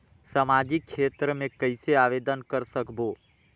समाजिक क्षेत्र मे कइसे आवेदन कर सकबो?